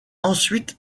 ensuite